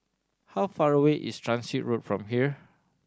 how far away is Transit Road from here